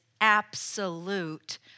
absolute